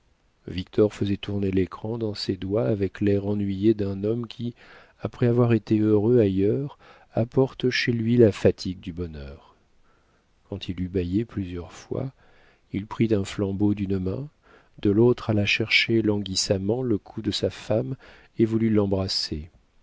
faisait tourner l'écran dans ses doigts avec l'air ennuyé d'un homme qui après avoir été heureux ailleurs apporte chez lui la fatigue du bonheur quand il eut bâillé plusieurs fois il prit un flambeau d'une main de l'autre alla chercher languissamment le cou de sa femme et voulut l'embrasser